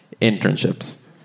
internships